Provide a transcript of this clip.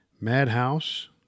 Madhouse